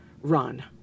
run